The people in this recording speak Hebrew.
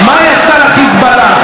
מה היא עשתה לחיזבאללה,